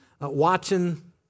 watching